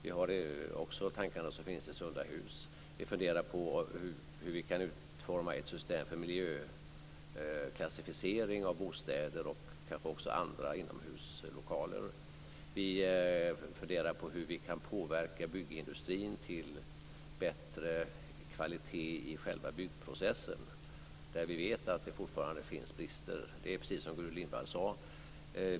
Vi funderar också över de tankar som finns i Sunda hus. Vi funderar på hur vi kan utforma ett system för miljöklassificering av bostäder och kanske också andra inomhuslokaler. Vi funderar på hur vi kan påverka byggindustrin till bättre kvalitet i själva byggprocessen, där vi vet att det fortfarande finns brister. Det är precis som Gudrun Lindvall sade.